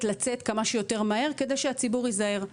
לצאת כמה שיותר מהר כדי שהציבור יזהר.